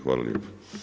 Hvala lijepo.